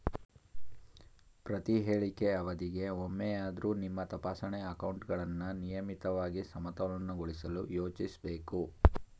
ಪ್ರತಿಹೇಳಿಕೆ ಅವಧಿಗೆ ಒಮ್ಮೆಯಾದ್ರೂ ನಿಮ್ಮ ತಪಾಸಣೆ ಅಕೌಂಟ್ಗಳನ್ನ ನಿಯಮಿತವಾಗಿ ಸಮತೋಲನಗೊಳಿಸಲು ಯೋಚಿಸ್ಬೇಕು